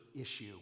issue